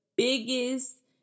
Biggest